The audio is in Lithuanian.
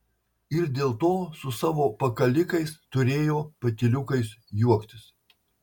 ir dėl to su savo pakalikais turėjo patyliukais juoktis